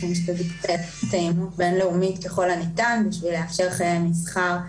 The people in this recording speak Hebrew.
אנחנו משתדלים שתהיה תאימות בין-לאומית ככל הניתן כדי לאפשר חיי מסחר,